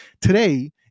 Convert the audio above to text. today